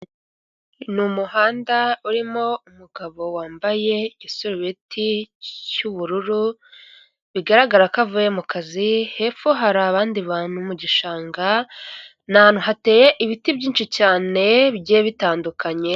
Ni umuhanda urimo umugabo wambaye igisurubeti cy'ubururu bigaragara ko avuye mu kazi, hepfo hari abandi bantu mu gishanga, ni ahantu hateye ibiti byinshi cyane bigiye bitandukanye.